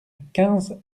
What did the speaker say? quinze